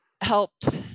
helped